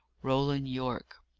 roland yorke.